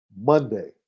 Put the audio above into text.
Monday